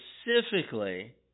specifically